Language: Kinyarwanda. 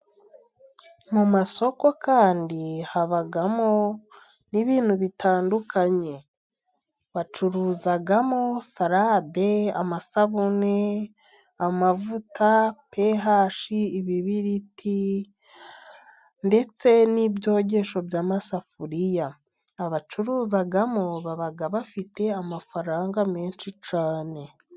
Mu masoko kandi habamo nibintu bitandukanye. Bacuruzamo salade, amasabune, amavuta, pehashi, ibibiriti, ndetse nibyogesho by'amasafuriya. Abacuruzamo baba bafite amafaranga menshi cyane.